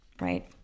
Right